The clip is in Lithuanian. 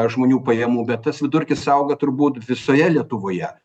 žmonių pajamų bet tas vidurkis auga turbūt visoje lietuvoje